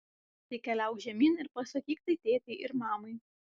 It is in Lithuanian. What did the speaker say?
tai keliauk žemyn ir pasakyk tai tėtei ir mamai